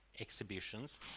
exhibitions